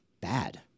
bad